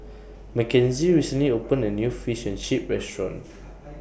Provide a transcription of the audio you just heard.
Makenzie recently opened A New Fish and Chips Restaurant